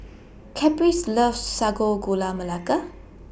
Caprice loves Sago Gula Melaka